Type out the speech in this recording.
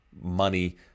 money